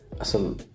asal